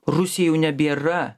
rusija jau nebėra